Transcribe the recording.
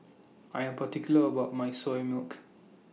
I Am particular about My Soya Milk